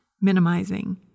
minimizing